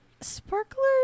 Sparklers